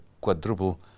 quadruple